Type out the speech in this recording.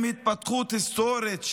עם התפכחות היסטורית,